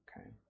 Okay